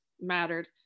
mattered